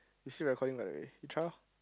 you still recording by the way you try lor